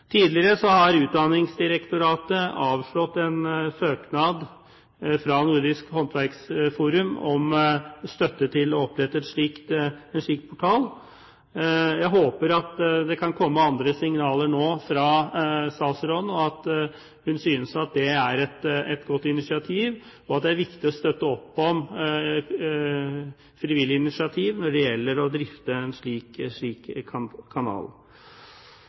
Tidligere har Utdanningsdirektoratet avslått en søknad fra Nordisk Håndverksforum om støtte til å opprette en slik portal. Jeg håper at det kan komme andre signaler nå fra statsråden, at hun synes at det er et godt initiativ, og at det er viktig å støtte opp om frivillig initiativ når det gjelder å drifte en slik